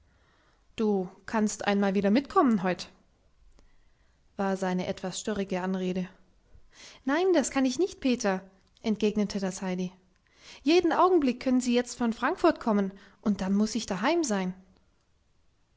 du kannst einmal wieder mitkommen heut war seine etwas störrige anrede nein das kann ich nicht peter entgegnete das heidi jeden augenblick können sie jetzt von frankfurt kommen und dann muß ich daheim sein